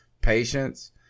patience